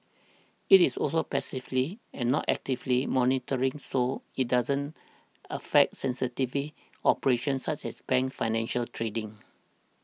it is also passively and not actively monitoring so it doesn't affect sensitively operations such as a bank's financial trading